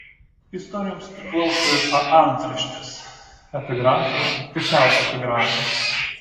istorijoms priklauso ir paantraštės epigrafai ar pusiau epigrafai